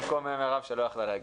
במקום מירב שלא יכלה להגיע.